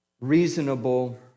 reasonable